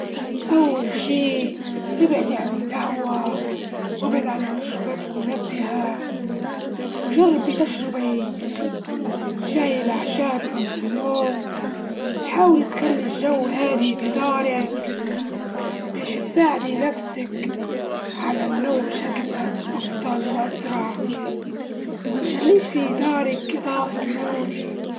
أول شي ابعدي عن القهوة وابعدي عن المشروبات المنبهة، وجربي تشربي شاي الأعشاب قبل النوم، وحاولي تخلي الجو هادئ في دارك بيش تساعدي نفسك على النوم بشكل أس- أفضل وأسرع وما تخليش في دارك إضاءة نور.